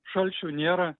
šalčio nėra